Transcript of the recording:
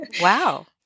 Wow